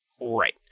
right